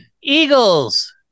Eagles